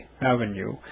Avenue